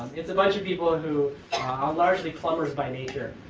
it's a bunch of people who are largely plumbers by nature,